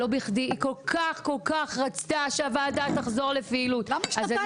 היא כל-כך רצתה שהוועדה תחזור לפעילות אז אני